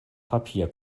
papier